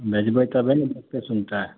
भेजबै तबहे ने किछु सुनतै